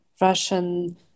Russian